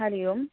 Hari Om